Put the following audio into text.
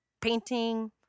painting